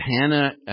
Hannah